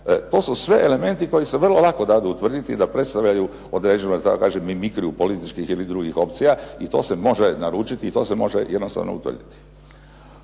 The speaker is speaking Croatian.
to su sve elementi koji se vrlo lako dadu utvrditi da predstavljaju određenu da tako kažem mimikriju političkih ili drugih opcija i to se može naručiti i to se može jednostavno utvrditi.